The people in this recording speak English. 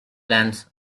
plants